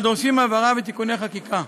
הדורשים הבהרה ותיקוני חקיקה.